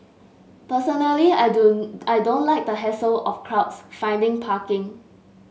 personally I don't I don't like the hassle of crowds finding parking